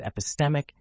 epistemic